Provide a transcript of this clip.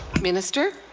minister?